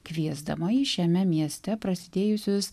kviesdama į šiame mieste prasidėjusius